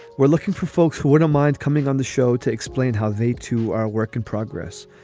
we're looking for folks who wouldn't mind coming on the show to explain how they, too, are work in progress.